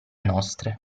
nostre